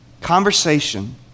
Conversation